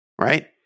Right